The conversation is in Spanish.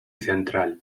central